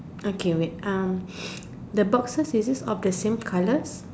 okay wait um the boxes is it of the same colours